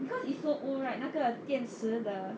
because it's so old right 那个电池的